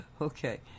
okay